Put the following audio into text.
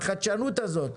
לחדשנות הזאת,